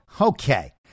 okay